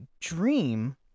dream